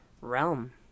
realm